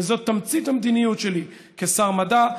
וזאת תמצית המדיניות שלי כשר מדע.